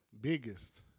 biggest